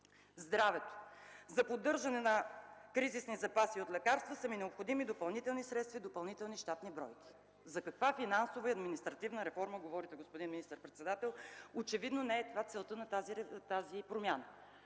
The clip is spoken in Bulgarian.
„За поддържане на кризисни запаси от лекарства са ми необходими допълнителни средства и допълнителни щатни бройки”. За каква финансова и административна реформа говорите, господин министър-председател? Очевидно не това е целта на тази промяна!